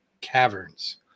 caverns